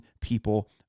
people